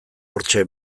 hortxe